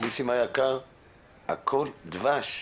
הכל דבש,